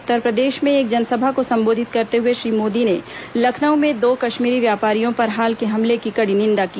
उत्तरप्रदेश में एक जनसभा को संबोधित करते हुए श्री मोदी ने लखनऊ में दो कश्मीरी व्यापारियों पर हाल के हमले की कड़ी निंदा की